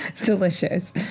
delicious